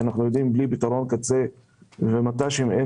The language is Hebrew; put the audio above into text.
אנחנו יודעים שבלי פתרון קצה ומט"שים אין